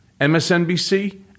MSNBC